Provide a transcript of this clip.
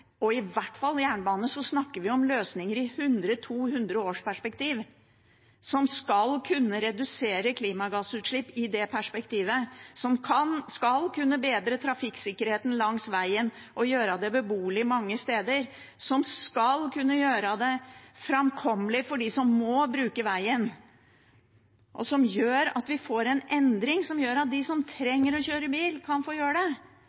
i hvert fall jernbane. Vi snakker om løsninger i 100–200 års perspektiv, som skal kunne redusere klimagassutslipp i det perspektivet, som skal kunne bedre trafikksikkerheten langs vegen og gjøre det beboelig mange steder, som skal kunne gjøre det framkommelig for dem som må bruke vegen, og som gjør at vi får en endring som gjør at de som trenger å kjøre bil, kan få gjøre det